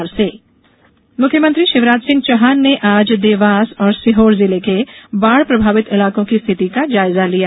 मुख्यमंत्री दौरा मुख्यमंत्री शिवराज सिंह चौहान ने आज देवास और सीहोर जिले के बाढ़ प्रभावित इलाकों की स्थिति का जायजा लिया